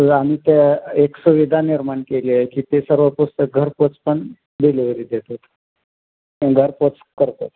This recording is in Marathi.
तर आम्ही त्या एक सुविधा निर्माण केली आहे की ते सर्व पुस्तक घरपोचपण डिलेवरी देतात घरपोच करतो